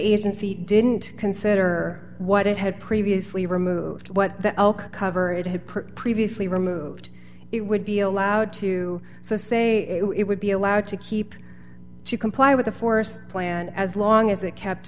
agency didn't consider what it had previously removed what cover it had previously removed it would be allowed to say it would be allowed to keep to comply with the forest plan as long as it kept